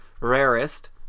rarest